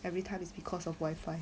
everytime is because of wifi